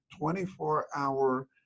24-hour